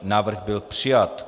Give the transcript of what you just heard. Návrh byl přijat.